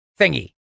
thingy